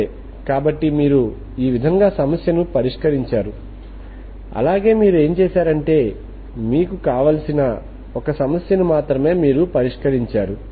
సరే కాబట్టి మీరు ఈ విధముగా సమస్యను పరిష్కరించారు అలాగే మీరేం చేశారంటే మీకు కావలసిన ఒక సమస్యను మాత్రమే మీరు పరిష్కరించారు